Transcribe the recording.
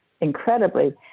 incredibly